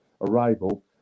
arrival